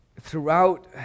Throughout